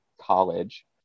college